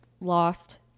Lost